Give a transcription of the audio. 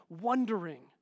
wondering